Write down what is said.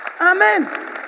Amen